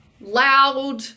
loud